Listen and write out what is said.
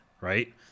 right